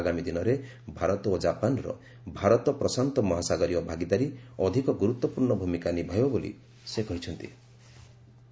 ଆଗାମୀ ଦିନରେ ଭାରତ ଓ ଜାପାନର ଭାରତ ପ୍ରଶାନ୍ତ ମହାସାଗରୀୟ ଭାଗିଦାରୀ ଅଧିକ ଗୁରୁତ୍ୱପୂର୍ଣ୍ଣ ଭୂମିକା ନିଭାଇବ ବୋଲି ସେ କହିଚ୍ଚନ୍ତି